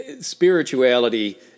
spirituality